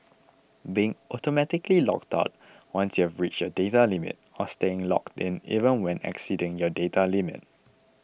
being automatically logged out once you've reached your data limit or staying logged in even when exceeding your data limit